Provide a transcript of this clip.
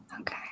Okay